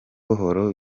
buhoro